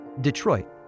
Detroit